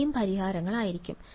അവയും പരിഹാരങ്ങളായിരിക്കും